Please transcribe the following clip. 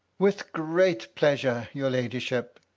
with great pleasure, your ladyship.